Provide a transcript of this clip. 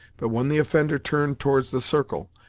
but when the offender turned towards the circle,